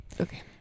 okay